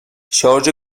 شارژ